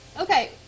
Okay